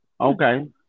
Okay